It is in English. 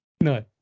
No